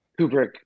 Kubrick